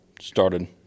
started